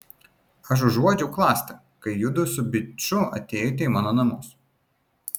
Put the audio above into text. aš užuodžiau klastą kai judu su biču atėjote į mano namus